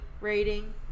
Rating